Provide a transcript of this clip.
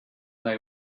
they